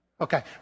Okay